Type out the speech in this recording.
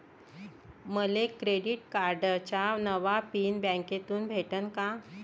मले क्रेडिट कार्डाचा नवा पिन बँकेमंधून भेटन का?